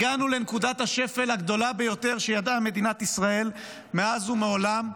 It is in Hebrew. הגענו לנקודת השפל הגדולה ביותר שידעה מדינת ישראל מאז ומעולם.